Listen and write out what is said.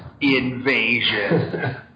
Invasion